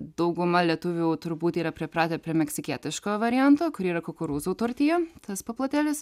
dauguma lietuvių turbūt yra pripratę prie meksikietiško varianto kur yra kukurūzų tortija tas paplotėlis